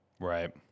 Right